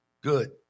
Good